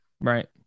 right